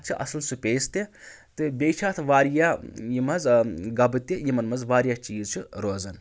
اتھ چھِ اصل سپیس تہِ تہٕ بییہِ چھِ اتھ واریاہ یِم حظ گبہٕ تہِ یِمَن منٛز واریاہ چیٖز چھِ روزان